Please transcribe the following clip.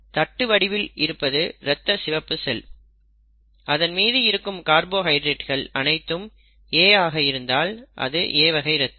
தட்டு வடிவில் இருப்பது ரத்த சிவப்பு செல் அதன் மீது இருக்கும் கார்போஹைட்ரேட்கள் அனைத்தும் A ஆக இருந்தால் அது A வகை ரத்தம்